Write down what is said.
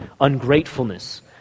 ungratefulness